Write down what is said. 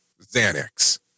Xanax